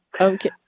Okay